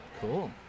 Cool